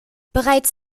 bereits